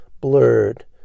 blurred